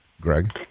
Greg